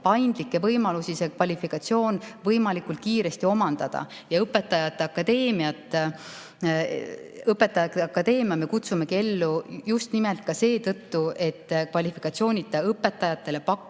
paindlikke võimalusi kvalifikatsioon võimalikult kiiresti omandada. Õpetajate Akadeemia me kutsumegi ellu just nimelt ka seetõttu, et kvalifikatsioonita õpetajatele pakkuda